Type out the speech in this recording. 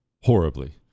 horribly